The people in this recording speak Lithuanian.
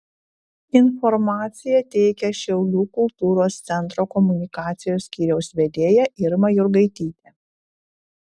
informaciją teikia šiaulių kultūros centro komunikacijos skyriaus vedėja irma jurgaitytė